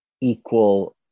equal